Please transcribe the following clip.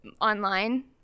Online